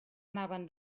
anaven